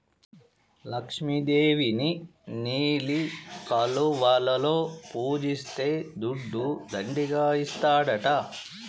లక్ష్మి దేవిని నీలి కలువలలో పూజిస్తే దుడ్డు దండిగా ఇస్తాడట